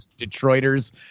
Detroiters